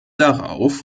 darauf